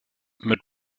mit